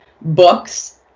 books